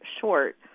short